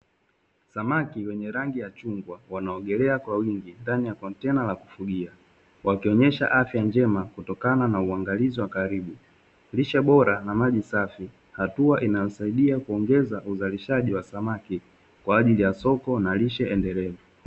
Samaki wenye rangi ya chungwa wanaogelea kwa wingi ndani ya kontena la kufugia, wakionyesha afya njema kutokana na uangalizi wa karibu lishe bora na maji safi hatua inayosaidia kuongeza uzalishaji wa samaki kwa ajili ya soko na lishe endelevu.